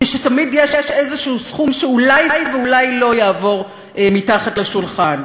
כשתמיד יש איזשהו סכום שאולי ואולי לא יעבור מתחת לשולחן?